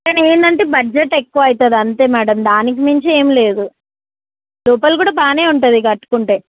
కానీ ఏమిటి అంటే బడ్జెట్ ఎక్కువ అవుతుంది అంతే మేడమ్ దానికిమించి ఏం లేదు లోపల కూడా బాగానే ఉంటుంది కట్టుకుంటే